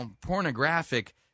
pornographic